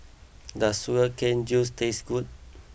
does Sugar Cane Juice taste good